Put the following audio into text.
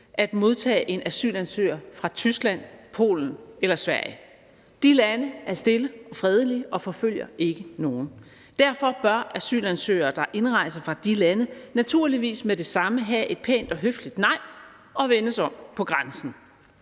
at modtage en asylansøger fra Tyskland, Polen eller Sverige. De lande er stille og fredelige og forfølger ikke nogen. Derfor bør asylansøgere, der indrejser fra de lande, naturligvis med det samme have et pænt og høfligt nej og vendes om på grænsen.